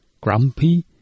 grumpy